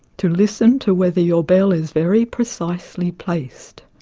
to listen to whether your bell is very precisely placed